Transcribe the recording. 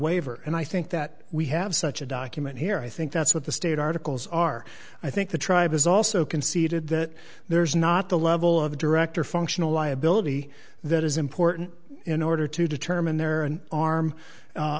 waiver and i think that we have such a document here i think that's what the state articles are i think the tribe has also conceded that there's not the level of director functional liability that is important in order to determine their